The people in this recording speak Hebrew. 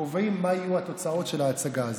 קובעים מה יהיו התוצאות של ההצגה הזאת.